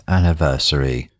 anniversary